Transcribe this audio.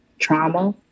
trauma